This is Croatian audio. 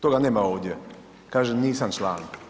Toga nema ovdje, kaže nisam član.